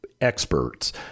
experts